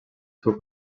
seu